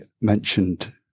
mentioned